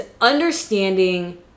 understanding